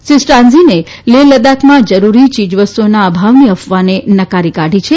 શ્રી સ્ટાન્ઝીને લેહ લદાખમાં જરૂરી ચીજવસ્તુઓના અભાવની અફવાને નકારી કાઢી છે